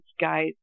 guys